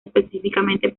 específicamente